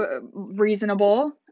reasonable